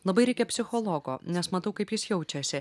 labai reikia psichologo nes matau kaip jis jaučiasi